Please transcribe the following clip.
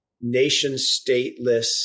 nation-stateless